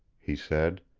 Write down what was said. he said.